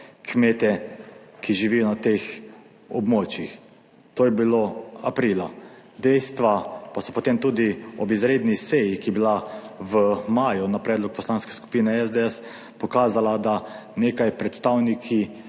kmete, ki živijo na teh območjih. To je bilo aprila. Dejstva pa so potem tudi ob izredni seji, ki je bila v maju na predlog Poslanske skupine SDS pokazala, da nekaj predstavniki